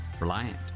Reliant